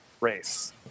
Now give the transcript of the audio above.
race